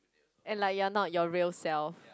and like you're not your real self